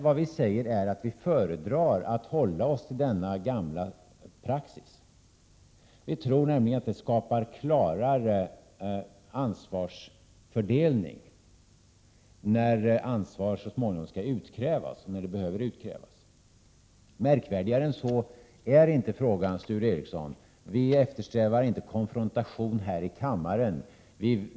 Vad vi säger är att vi föredrar att hålla oss till denna gamla praxis. Vi tror nämligen att det skapar klarare ansvarsfördelning när ansvar så småningom kanske behöver utkrävas. Märkvärdigare än så är inte frågan, Sture Ericson. Vi eftersträvar inte konfrontation här i kammaren.